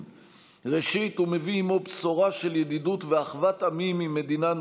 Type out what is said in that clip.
שלום וידידות בין מדינת